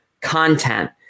content